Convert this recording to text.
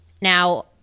now